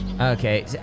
Okay